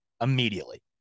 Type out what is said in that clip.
immediately